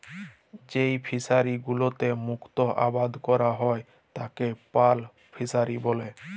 যেই ফিশারি গুলোতে মুক্ত আবাদ ক্যরা হ্যয় তাকে পার্ল ফিসারী ব্যলে